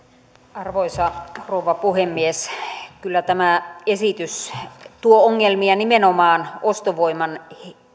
arvoisa rouva puhemies kyllä tämä esitys tuo ongelmia nimenomaan ostovoiman